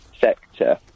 sector